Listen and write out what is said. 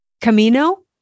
Camino